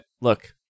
look